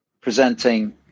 presenting